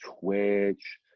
Twitch